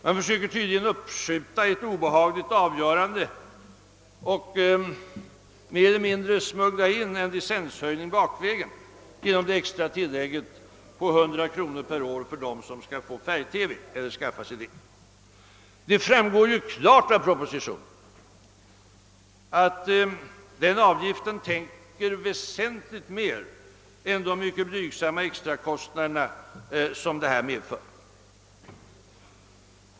Den försöker tydligen uppskjuta ett obehagligt avgörande och mer eller mindre smuggla in en licenshöjning bakvägen genom det extra tillägget på 100 kronor per år för dem som skaffar sig färg-TV. Det framgår klart av propositionen att denna avgift täcker väsenligt mera än de mycket blygsamma extrakostnader som färg-TV medför.